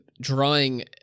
drawing